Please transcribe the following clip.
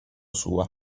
sua